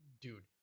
Dude